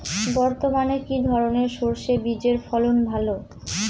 বর্তমানে কি ধরনের সরষে বীজের ফলন ভালো?